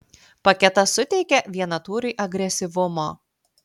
paketas suteikia vienatūriui agresyvumo